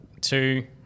Two